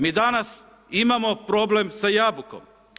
Mi danas imamo problem sa jabukom.